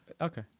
Okay